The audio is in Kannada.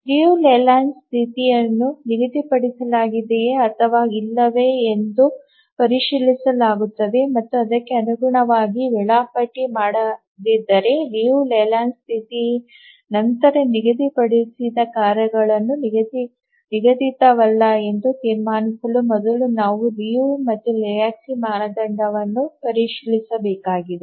ಲಿಯು ಲೇಲ್ಯಾಂಡ್ ಸ್ಥಿತಿಯನ್ನು ನಿಗದಿಪಡಿಸಲಾಗಿದೆಯೆ ಅಥವಾ ಇಲ್ಲವೇ ಎಂದು ಪರಿಶೀಲಿಸಲಾಗುತ್ತದೆ ಮತ್ತು ಅದಕ್ಕೆ ಅನುಗುಣವಾಗಿ ವೇಳಾಪಟ್ಟಿ ಮಾಡದಿದ್ದರೆ ಲಿಯು ಲೇಲ್ಯಾಂಡ್ ಸ್ಥಿತಿ ನಂತರ ನಿಗದಿಪಡಿಸಿದ ಕಾರ್ಯಗಳು ನಿಗದಿತವಲ್ಲ ಎಂದು ತೀರ್ಮಾನಿಸುವ ಮೊದಲು ನಾವು ಲಿಯು ಮತ್ತು ಲೆಹೋಜ್ಕಿ ಮಾನದಂಡವನ್ನು ಪರಿಶೀಲಿಸಬೇಕಾಗಿದೆ